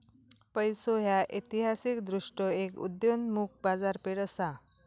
पैसो ह्या ऐतिहासिकदृष्ट्यो एक उदयोन्मुख बाजारपेठ असा